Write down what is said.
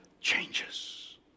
changes